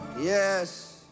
Yes